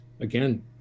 again